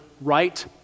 right